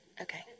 Okay